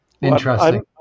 Interesting